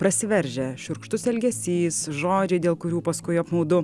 prasiveržia šiurkštus elgesys žodžiai dėl kurių paskui apmaudu